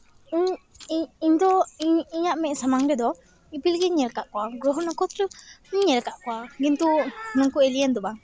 ᱩᱱᱫᱚ ᱤᱧ ᱫᱚ ᱤᱧᱟᱹᱜ ᱢᱮᱫ ᱥᱟᱢᱟᱝ ᱨᱮᱫᱚ ᱤᱯᱤᱞ ᱜᱤᱧ ᱧᱮᱞ ᱠᱟᱜ ᱠᱚᱣᱟ ᱜᱨᱚᱦᱚ ᱱᱚᱠᱷᱛᱨᱚ ᱦᱚᱸᱧ ᱧᱮᱞ ᱠᱟᱜ ᱠᱚᱣᱟ ᱠᱤᱱᱛᱩ ᱱᱩᱠᱩ ᱮᱞᱤᱭᱟᱱ ᱫᱚ ᱵᱟᱝ